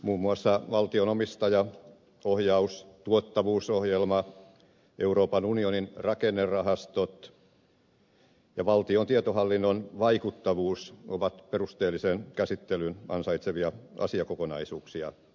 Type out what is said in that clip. muun muassa valtion omistajaohjaus tuottavuusohjelma euroopan unionin rakennerahastot ja valtion tietohallinnon vaikuttavuus ovat perusteellisen käsittelyn ansaitsevia asiakokonaisuuksia